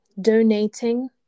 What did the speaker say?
donating